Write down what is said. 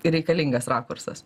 reikalingas rakursas